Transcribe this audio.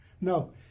No